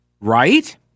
right